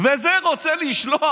וזה רוצה לשלוח